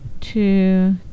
two